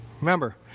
Remember